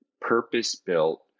purpose-built